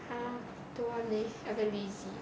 ah don't want leh I very lazy